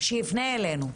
שיפנה אלינו.